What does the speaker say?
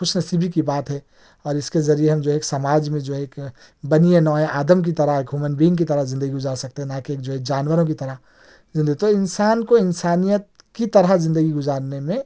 خوش نصیبی کی بات ہے اور اِس کے ذریعے ہم جو ایک سماج میں جو ہے ایک بنی نوح آدم کی طرح ایک ہیومن بین کی طرح زندگی گُزار سکتے نہ کہ جو ہے ایک جانوروں کی طرح تو انسان کو انسانیت کی طرح زندگی گُزارنے میں